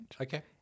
Okay